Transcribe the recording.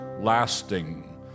lasting